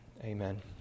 amen